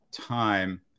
time